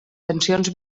tensions